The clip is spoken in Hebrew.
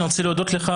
אני רוצה להודות לך,